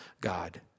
God